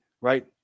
right